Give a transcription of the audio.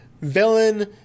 villain